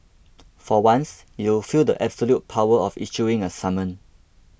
for once you'll feel the absolute power of issuing a summon